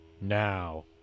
now